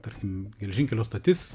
tarkim geležinkelio stotis